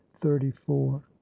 thirty-four